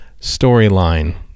storyline